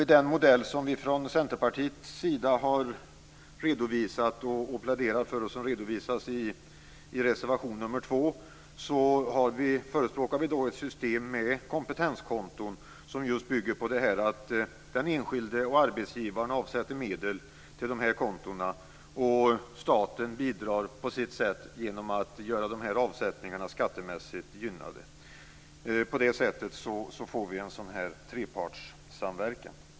I den modell som vi från Centerpartiets sida har pläderat för och som redovisas i reservation nr 2 förespråkar vi ett system med kompetenskonton som bygger på att den enskilde och arbetsgivaren avsätter medel och att staten bidrar med att göra de avsättningarna skattemässigt gynnade. På det sättet får vi en trepartssamverkan.